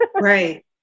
right